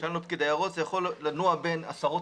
שאלנו את פקיד היערות וזה יכול לנוע בין עשרות